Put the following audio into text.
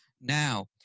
Now